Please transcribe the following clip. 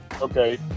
Okay